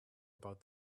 about